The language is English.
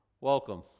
welcome